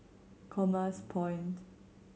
Commerce Point